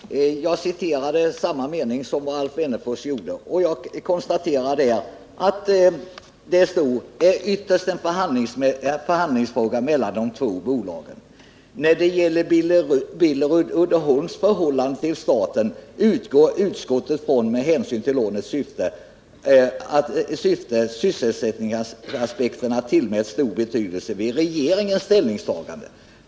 Herr talman! Jag citerade samma mening som Alf Wennerfors gjorde. Jag konstaterade att det står att det är ytterst en förhandlingsfråga mellan de två bolagen. När det gäller Billerud-Uddeholms förhållande till staten ”utgår utskottet från att med hänsyn till lånets syfte sysselsättningsaspekterna tillmäts stor betydelse vid regeringens ställningstaganden”.